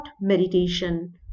meditation